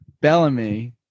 Bellamy